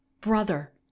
brother